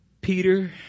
Peter